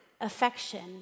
affection